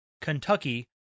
Kentucky